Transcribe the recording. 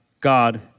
God